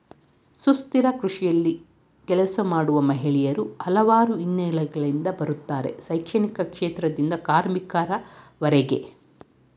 ಸುಸ್ಥಿರ ಕೃಷಿಯಲ್ಲಿ ಕೆಲಸ ಮಾಡುವ ಮಹಿಳೆಯರು ಹಲವಾರು ಹಿನ್ನೆಲೆಗಳಿಂದ ಬರುತ್ತಾರೆ ಶೈಕ್ಷಣಿಕ ಕ್ಷೇತ್ರದಿಂದ ಕಾರ್ಮಿಕರವರೆಗೆ